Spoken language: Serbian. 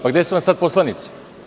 Pa gde su vam sada poslanici?